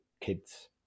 kids